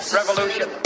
revolution